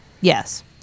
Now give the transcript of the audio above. Yes